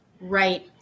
right